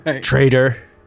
Traitor